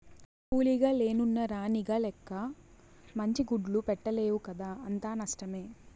కూలీగ లెన్నున్న రాణిగ లెక్క మంచి గుడ్లు పెట్టలేవు కదా అంతా నష్టమే